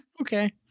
okay